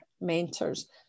mentors